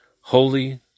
Holy